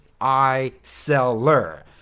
I-seller